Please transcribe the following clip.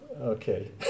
okay